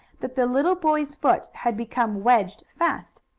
that the little boy's foot had become wedged fast.